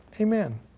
Amen